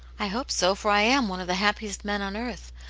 i hope so, for i am one of the happiest men on earth.